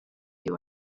you